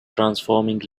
transforming